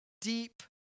deep